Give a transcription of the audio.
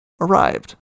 arrived